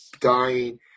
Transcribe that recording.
dying